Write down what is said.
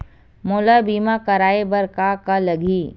मोला बीमा कराये बर का का लगही?